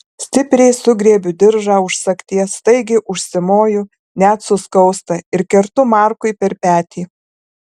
stipriai sugriebiu diržą už sagties staigiai užsimoju net suskausta ir kertu markui per petį